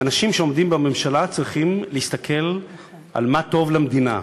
ואנשים שעומדים בממשלה צריכים להסתכל על מה טוב למדינה,